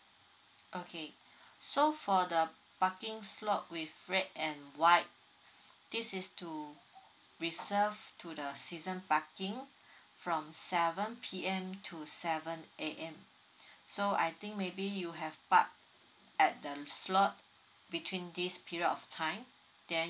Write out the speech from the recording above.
okay so for the parking slot with red and white this is to reserved to the season parking from seven p m to seven a m so I think maybe you have park at the slot between this period of time then